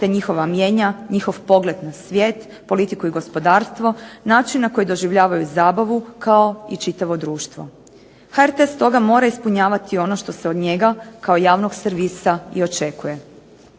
te njihova mijenja, njihov pogled na svijet, politiku i gospodarstvo, način na koji doživljavaju zabavu kao i čitavo društvo. HRT-a stoga mora ispunjavati ono što se od njega kao javnog servisa i očekuje.